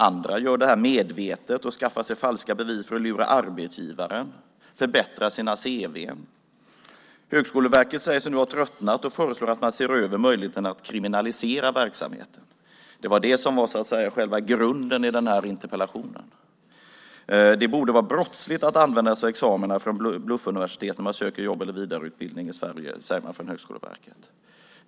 Andra gör det medvetet och skaffar sig falska bevis för att lura arbetsgivaren och förbättra sina cv:n. Högskoleverket säger sig nu ha tröttnat och föreslår att man ser över möjligheten att kriminalisera denna verksamhet. Det var själva grunden till den här interpellationen. Det borde vara brottsligt att använda examina från bluffuniversitet när man söker jobb eller vidareutbildning i Sverige, säger man från Högskoleverket.